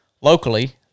locally